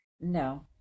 No